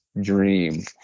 dream